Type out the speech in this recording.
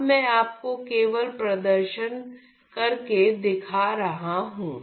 अब मैं आपको केवल प्रदर्शन कर के दिखा रहा हूं